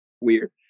weird